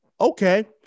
okay